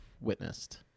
witnessed